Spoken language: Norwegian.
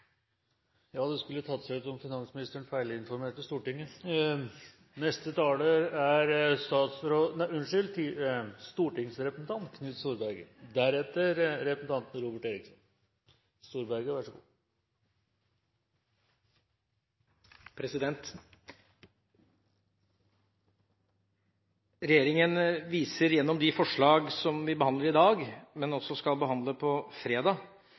Ja, det skulle tatt seg ut om finansministeren feilinformerte Stortinget. Replikkordskiftet er omme. Regjeringa viser gjennom de forslag som vi behandler i dag, men også i dem vi skal behandle på fredag,